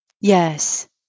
Yes